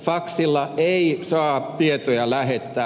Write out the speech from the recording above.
faksilla ei saa tietoja lähettää